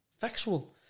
Factual